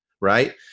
right